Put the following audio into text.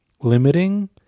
limiting